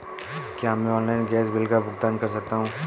क्या मैं online gas bill का भुगतान कर सकता हूँ?